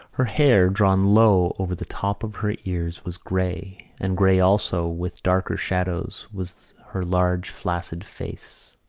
her hair, drawn low over the tops of her ears, was grey and grey also, with darker shadows, was her large flaccid face.